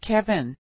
Kevin